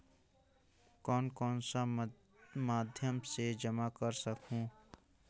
कौन कौन सा माध्यम से जमा कर सखहू?